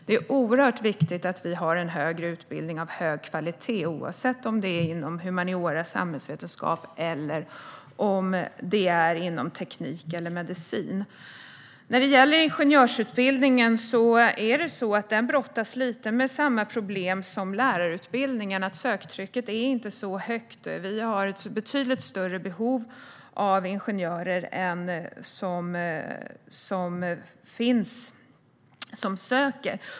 Det är oerhört viktigt att vi har en högre utbildning av hög kvalitet, oavsett om det är inom humaniora, samhällsvetenskap, teknik eller medicin. Ingenjörsutbildningen brottas lite med samma problem som lärarutbildningen. Söktrycket är inte så högt. Vi har ett betydligt större behov av ingenjörer.